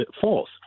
false